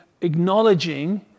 acknowledging